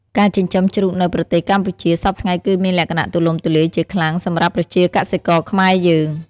ការចិញ្ចឹមជ្រូកនៅប្រទេសកម្ពុជា សព្វថ្ងៃគឺមានលក្ខណៈទូលំទូលាយជាខ្លាំងសម្រាប់ប្រជាកសិករខ្មែរយើង។